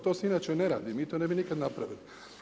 To se inače ne radi, mi to ne bi nikada napraviti.